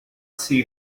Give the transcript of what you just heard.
see